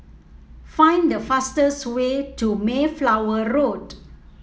find the fastest way to Mayflower Road